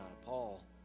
Paul